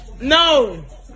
No